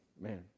man